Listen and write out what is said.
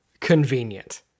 convenient